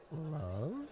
Love